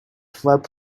flap